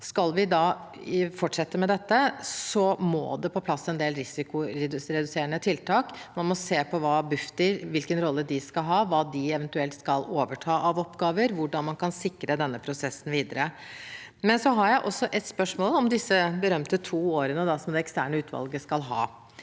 Skal vi fortsette med dette, må det på plass en del risikoreduserende tiltak. Man må se på hvilken rolle Bufdir skal ha, hva de eventuelt skal overta av oppgaver, og hvordan man kan sikre denne prosessen videre. Jeg har også et spørsmål om disse berømte to årene som det eksterne utvalget skal